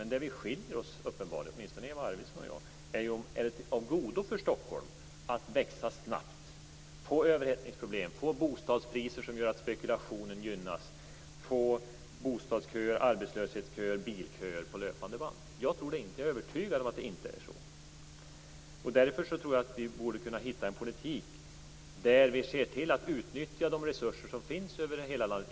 Men där vi skiljer oss - åtminstone Eva Arvidsson och jag - gäller frågan om det är av godo för Stockholm att växa snabbt, få överhettningsproblem, få bostadspriser som gör att spekulationen gynnas, få bostadsköer, arbetslöshetsköer och bilköer på löpande band. Jag är övertygad om att det inte är så. Därför borde vi kunna hitta en politik där vi ser till att utnyttja de resurser som finns över hela landet.